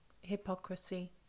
hypocrisy